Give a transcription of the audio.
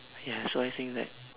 ya so I saying that